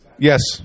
Yes